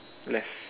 left